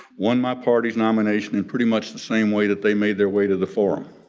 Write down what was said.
won my party's nomination in pretty much the same way that they made their way to the forum.